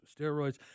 steroids